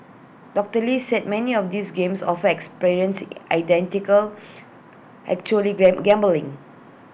doctor lee said many of these games offer experiences identical actually gram gambling